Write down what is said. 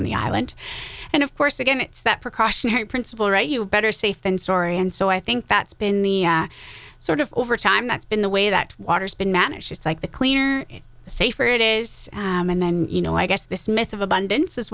on the island and of course again it's that precautionary principle right you better safe than sorry and so i think that's been the sort of over time that's been the way that water's been managed it's like the cleaner safer it is and then you know i guess this myth of a